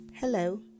Hello